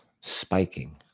spiking